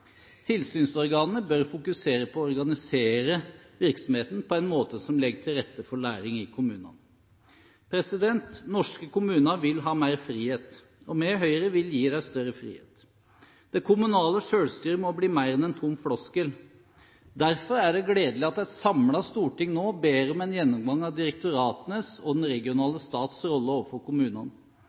Tilsynsorganene bør fokusere på å organisere virksomheten på en måte som legger til rette for læring i kommunene. Norske kommuner vil ha mer frihet, og vi i Høyre vil gi dem større frihet. Det kommunale selvstyret må bli mer enn en tom floskel. Derfor er det gledelig at et samlet storting nå ber om en gjennomgang av direktoratenes og den regionale stats rolle overfor kommunene.